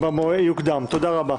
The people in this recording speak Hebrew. תודה רבה.